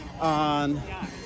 on